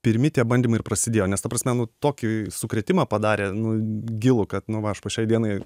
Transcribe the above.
pirmi tie bandymai ir prasidėjo nes ta prasme nu tokį sukrėtimą padarė nu gilų kad nu va aš po šiai dienai